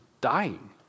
dying